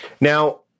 Now